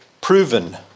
proven